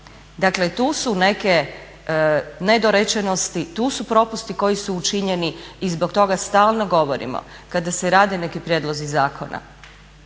Dakle, tu su neke nedorečenosti, tu su propusti koji su učinjeni i zbog toga stalno govorimo kada se rade neki prijedlozi zakona